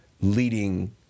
leading